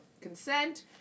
consent